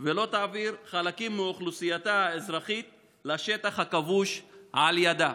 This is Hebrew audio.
ולא תעביר חלקים מאוכלוסייתה האזרחית לשטח הכבוש על ידה.